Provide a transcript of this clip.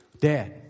Dad